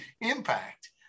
impact